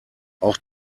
auch